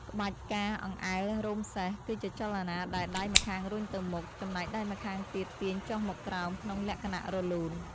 ក្បាច់ ការអង្អែលរោមសេះ គឺជាចលនាដែលដៃម្ខាងរុញទៅមុខ ចំណែកដៃម្ខាងទៀតទាញចុះមកក្រោមក្នុងលក្ខណៈរលូន។